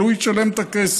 אבל הוא ישלם את הכסף,